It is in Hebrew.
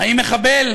האם מחבל